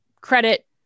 credit